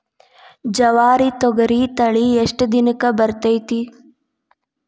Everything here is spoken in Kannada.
ಜವಾರಿ ತೊಗರಿ ತಳಿ ಎಷ್ಟ ದಿನಕ್ಕ ಬರತೈತ್ರಿ?